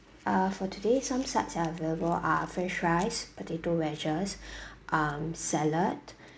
uh for today some sides are available are french fries potato wedges um salad